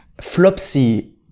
Flopsy